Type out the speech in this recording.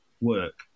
work